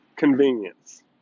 Convenience